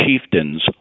chieftains